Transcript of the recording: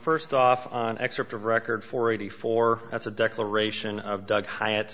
first off an excerpt of record four eighty four that's a declaration of doug h